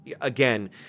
Again